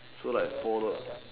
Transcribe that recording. so like folded